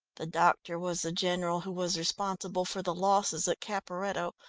the doctor was the general who was responsible for the losses at caperetto,